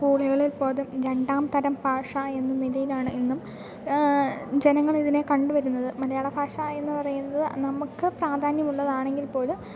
സ്കൂളുകളിൽ പോലും രണ്ടാം തരം ഭാഷ എന്ന നിലയിലാണ് ഇന്നും ജനങ്ങൾ ഇതിനെ കണ്ടു വരുന്നത് മലയാള ഭാഷ എന്നു പറയുന്നത് നമുക്ക് പ്രാധാന്യമുള്ളതാണെങ്കിൽ പോലും